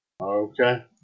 Okay